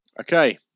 Okay